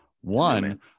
One